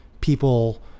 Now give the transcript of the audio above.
people